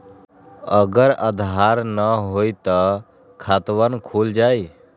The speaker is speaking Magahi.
अगर आधार न होई त खातवन खुल जाई?